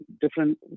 different